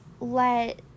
let